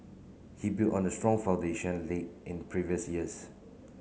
he built on the strong foundation laid in previous years